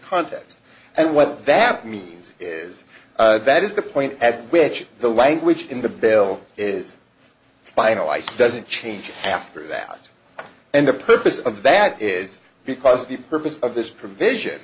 context and what that means is that is the point at which the language in the bill is finalized doesn't change after that and the purpose of that is because the purpose of this provision